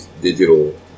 digital